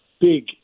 Big